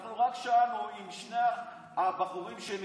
אנחנו רק שאלנו אם שני הבחורים שנרצחו,